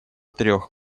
трех